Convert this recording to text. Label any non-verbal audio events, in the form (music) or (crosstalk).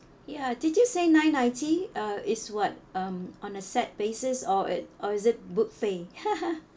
ya did you say nine ninety uh is what um on a set basis or it or is it buffet (laughs)